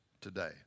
today